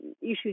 issue